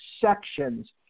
sections